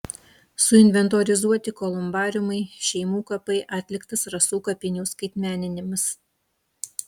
suinventorizuoti kolumbariumai šeimų kapai atliktas rasų kapinių skaitmeninimas